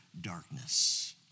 darkness